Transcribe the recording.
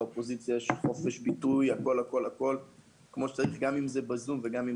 לאופוזיציה יש חופש ביטוי כמו שצריך גם אם זה ב-זום וגם אם